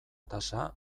tasa